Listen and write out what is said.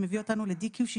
שמביאה אותנו ל-DQ62.